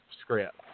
script